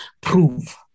prove